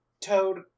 Toad